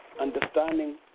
understanding